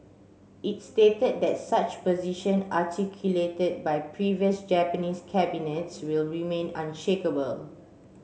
it stated that such position articulated by previous Japanese cabinets will remain unshakable